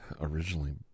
originally